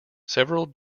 several